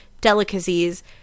delicacies